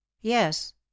yes